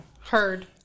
Heard